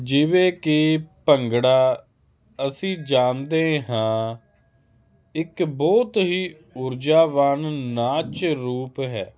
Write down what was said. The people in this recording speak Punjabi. ਜਿਵੇਂ ਕਿ ਭੰਗੜਾ ਅਸੀਂ ਜਾਣਦੇ ਹਾਂ ਇੱਕ ਬਹੁਤ ਹੀ ਊਰਜਾਵਾਨ ਨਾਚ ਰੂਪ ਹੈ